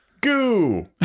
Goo